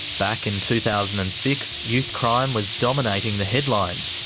back in two thousand and six, youth crime was dominating the headlines,